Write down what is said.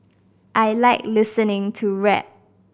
I like listening to rap